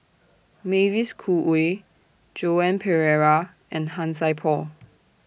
Mavis Khoo Oei Joan Pereira and Han Sai Por